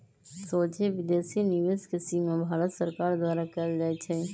सोझे विदेशी निवेश के सीमा भारत सरकार द्वारा कएल जाइ छइ